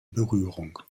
berührung